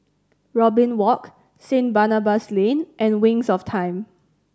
Robin Walk Saint Barnabas Lane and Wings of Time